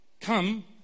come